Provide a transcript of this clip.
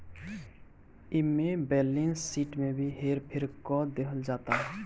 एमे balance sheet में भी हेर फेर क देहल जाता